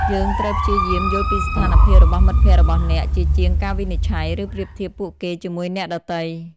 យើងត្រូវព្យាយាមយល់ពីស្ថានភាពរបស់មិត្តភក្តិរបស់អ្នក ជាជាងការវិនិច្ឆ័យ ឬប្រៀបធៀបពួកគេជាមួយអ្នកដទៃ។